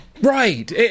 Right